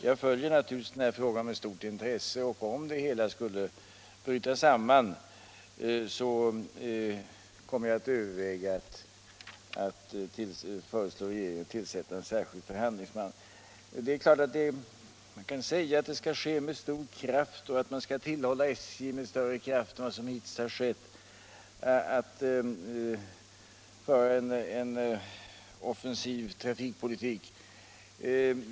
Jag följer naturligtvis den här frågan med stort intresse, och om det hela skulle bryta samman kommer jag att överväga att föreslå regeringen att tillsätta en särskild förhandlingaman. Det är klart att man kan säga att man skall tillhålla SJ att med större kraft än hittills föra en offensiv trafikpolitik.